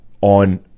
on